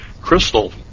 crystal